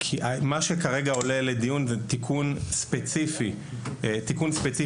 מה שכרגע עולה לדיון הוא תיקון ספציפי בחוק.